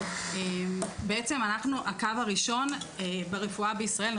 אנחנו הקו הראשון ברפואה בישראל.